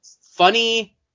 funny